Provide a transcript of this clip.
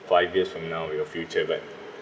five years from now your future but